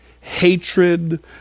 hatred